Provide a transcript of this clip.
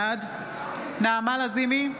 בעד נעמה לזימי,